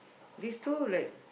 these two like